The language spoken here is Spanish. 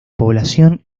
población